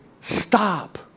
stop